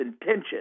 intention